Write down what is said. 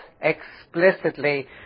explicitly